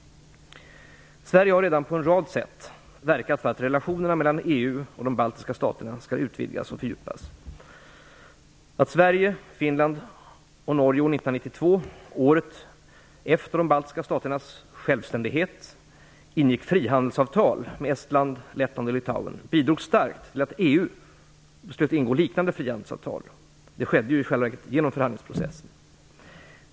Sverige har redan på en rad sätt verkat för att relationerna mellan EU och de baltiska staterna skall utvidgas och fördjupas. Att Sverige, Finland och Norge år 1992 - året efter de baltiska staternas självständighet - ingick frihandelsavtal med Estland, Lettland och Litauen bidrog starkt till att EU beslöt ingå liknande frihandelsavtal; det skedde i själva verket genom förhandlingsprocessen.